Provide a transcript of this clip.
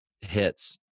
hits